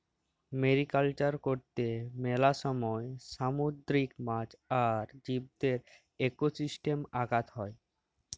mariculture করত্যে মেলা সময় সামুদ্রিক মাছ আর জীবদের একোসিস্টেমে আঘাত হ্যয়